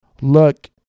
look